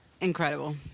incredible